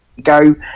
go